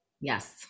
yes